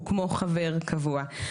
הוא כמו חבר קבוע.